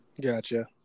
Gotcha